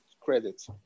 credit